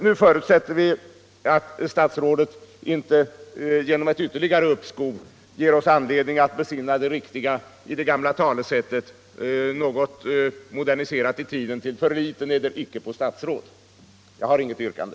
Nu förutsätter vi att statsrådet inte genom ett ytterligare uppskov ger oss anledning besinna det riktiga i det gamla talesättet, något moderniserat i tiden: Förliten eder icke på statsråd! Jag har inget yrkande.